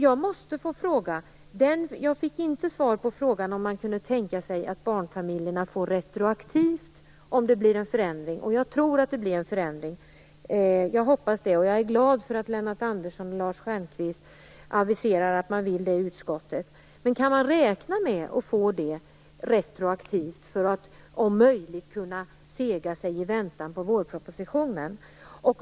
Jag fick inte svar på frågan om man kunde tänka sig att barnfamiljerna får retroaktiva bidrag om det blir en förändring. Jag tror att det blir en förändring. Jag hoppas det. Jag är glad att Lennart Nilsson och Lars Stjernkvist aviserar att man vill ta upp detta i utskottet. Kan man räkna med att få detta retroaktivt för att om möjligt kunna sega sig fram i väntan på vårpropositionen?